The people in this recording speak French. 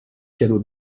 cadeaux